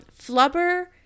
Flubber